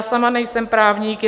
Sama nejsem právník.